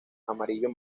amarillo